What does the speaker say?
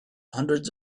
hundreds